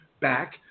back